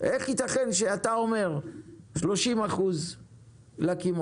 איך יתכן שאתה אומר 30 אחוז לקמעונאי